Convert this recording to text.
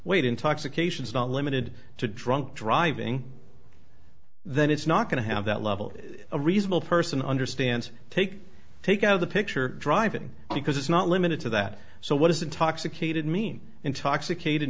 wait intoxication is not limited to drunk driving then it's not going to have that level a reasonable person understands take take out of the picture driving because it's not limited to that so what does intoxicated mean intoxicated